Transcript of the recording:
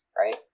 Right